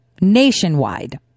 nationwide